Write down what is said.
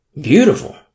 Beautiful